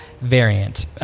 variant